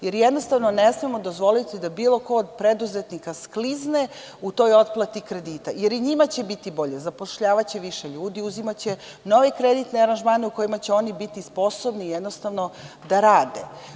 Jednostavno ne smemo dozvoliti da bilo ko od preduzetnika sklizne u toj otplati kredita, jer i njima će biti bolje, zapošljavaće više ljudi, uzimaće nove kreditne aranžmane u kojima će oni biti sposobni da rade.